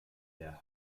der